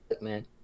Man